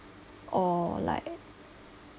or like